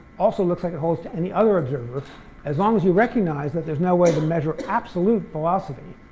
also looks like it holds to any other observer as long as you recognize that there's no way to measure absolute velocity.